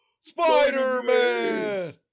Spider-Man